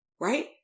right